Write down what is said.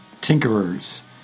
tinkerers